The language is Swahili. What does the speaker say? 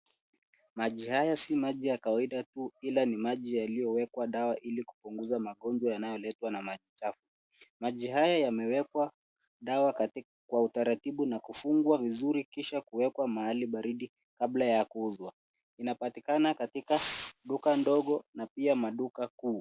Maji haya sio maji ya kawaida tu, ila ni maji yaliyowekwa dawa, ili kupunguza magonjwa yanayoletwa na maji chafu. Maji haya yamewekwa dawa kwa utaratibu na kufungwa vizuri, kisha kuekwa mahali baridi kabla ya kuuzwa. Inapatikana katika duka ndogo na pia maduka kuu.